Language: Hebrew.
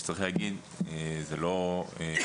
שצריך להגיד: זה לא במקום,